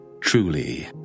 truly